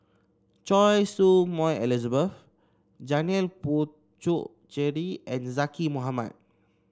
Choy Su Moi Elizabeth Janil Puthucheary and Zaqy Mohamad